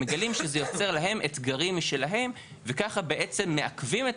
מגלים שזה יוצר להם אתגרים משלהם וככה בעצם מעכבים את